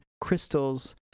crystals